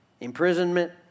Imprisonment